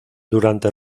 durante